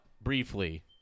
briefly